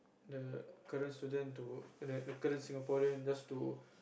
the current student to the the current Singapore just to